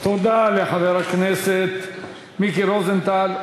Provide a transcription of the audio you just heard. תודה לחבר הכנסת מיקי רוזנטל.